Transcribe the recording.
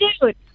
dude